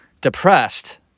depressed